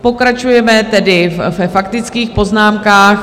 Pokračujeme tedy ve faktických poznámkách.